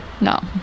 No